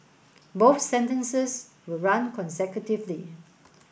both sentences will run consecutively